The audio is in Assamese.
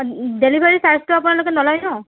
ডেলিভাৰী চাৰ্জটো আপোনালোকে নলয় ন